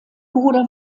bruder